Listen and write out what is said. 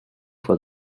for